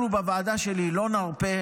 אנחנו בוועדה שלי לא נרפה,